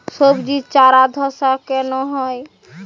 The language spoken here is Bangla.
সবজির চারা ধ্বসা রোগ কেন হয়?